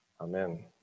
Amen